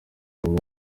nyuma